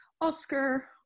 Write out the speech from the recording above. Oscar